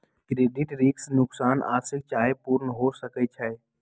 credit risk नोकसान आंशिक चाहे पूर्ण हो सकइ छै